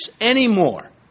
anymore